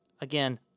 again